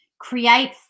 create